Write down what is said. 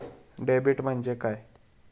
Debit म्हणजे काय?